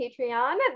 Patreon